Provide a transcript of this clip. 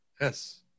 Yes